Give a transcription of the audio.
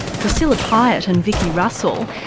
priscilla pyett and vicki russell.